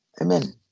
Amen